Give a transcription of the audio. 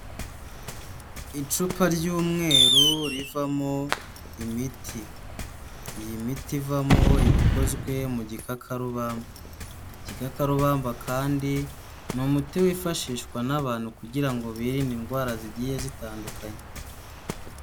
Icupa ry'umweru rivamo imiti, iyi miti ivamo iba ikozwe mu gikakarubamba, igikakarubamba kandi ni umuti wifashishwa n'abantu kugira ngo birinde indwara zigiye zitandukanye.